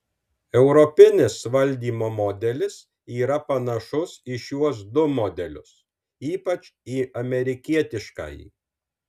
europinis valdymo modelis yra panašus į šiuos du modelius ypač į amerikietiškąjį